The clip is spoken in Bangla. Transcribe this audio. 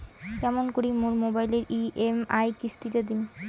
কেমন করি মোর মোবাইলের ই.এম.আই কিস্তি টা দিম?